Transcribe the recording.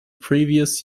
previous